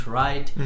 right